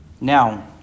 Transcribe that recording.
Now